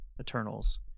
eternals